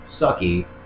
sucky